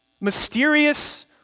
mysterious